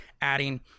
adding